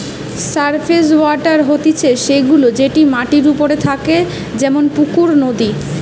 surface water হতিছে সে গুলা যেটি মাটির ওপরে থাকে যেমন পুকুর, নদী